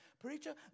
Preacher